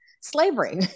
slavery